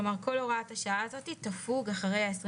כלומר כל הוראת השעה הזאת תפוג אחרי 20